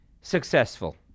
successful